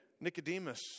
Nicodemus